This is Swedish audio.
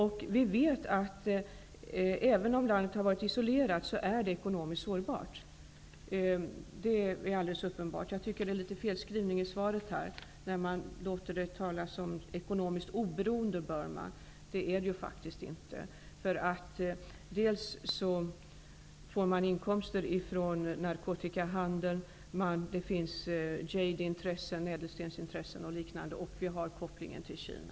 Vi vet att landet, även om det har varit isolerat, är ekonomiskt sårbart. Det är alldeles uppenbart. Jag tycker att det är en liten felskrivning i svaret när man talar om ett ekonomiskt oberoende Burma. Det är det faktiskt inte. Man får inkomster från narkotikahandeln, det finns ädelstensintressen -- jade -- och liknande. Vi har kopplingen till Kina.